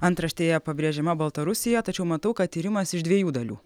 antraštėje pabrėžiama baltarusija tačiau matau kad tyrimas iš dviejų dalių